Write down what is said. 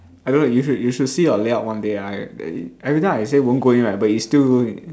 I don't know you should you should see your layup one day ah I every time I say won't go in but it still